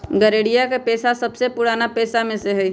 गरेड़िया के पेशा सबसे पुरान पेशा में से हई